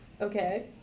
Okay